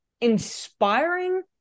inspiring